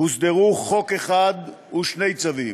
הוסדרו חוק אחד ושני צווים.